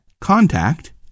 contact